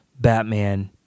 Batman